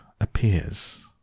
appears